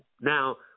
Now